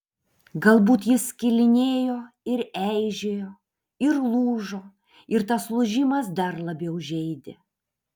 galbūt jis skilinėjo ir eižėjo ir lūžo ir tas lūžimas dar labiau žeidė